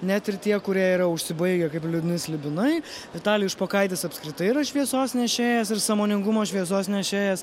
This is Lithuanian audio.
net ir tie kurie yra užsibaigę kaip liūdni slibinai vitalijus špokaitis apskritai yra šviesos nešėjas ir sąmoningumo šviesos nešėjas